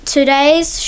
Today's